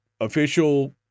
official